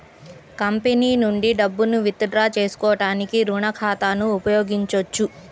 company నుండి డబ్బును withdraw చేసుకోవడానికి రుణ ఖాతాను ఉపయోగించొచ్చు